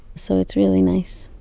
so it's really nice.